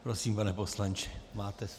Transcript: Prosím, pane poslanče, máte slovo.